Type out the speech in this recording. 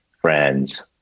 friends